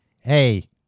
Hey